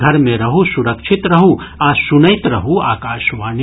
घर मे रहू सुरक्षित रहू आ सुनैत रहू आकाशवाणी